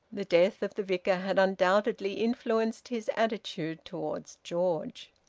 the death of the vicar had undoubtedly influenced his attitude towards george.